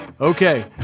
Okay